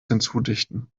hinzudichten